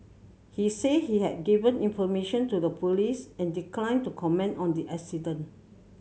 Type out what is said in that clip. he said he had given information to the police and declined to comment on the accident